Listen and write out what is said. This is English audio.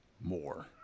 more